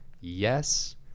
yes